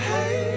Hey